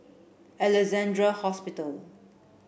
Alexandra Hospital